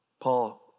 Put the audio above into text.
Paul